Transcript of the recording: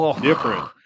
different